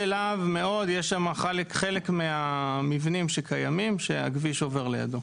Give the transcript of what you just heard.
חלק מהמבנים שקיימים, הכביש עובר לידו.